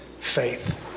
faith